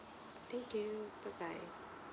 thank you bye bye